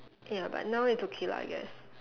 ya but now it's okay lah I guess